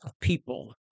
people